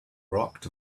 rocked